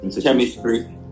chemistry